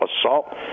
assault